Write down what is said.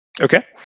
Okay